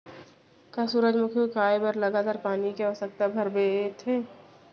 का सूरजमुखी उगाए बर लगातार पानी के आवश्यकता भरथे?